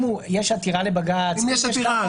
אם יש עתירה לבג"ץ -- אם יש עתירה.